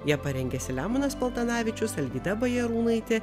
ją parengė saliamonas paltanavičius alvyda bajarūnaitė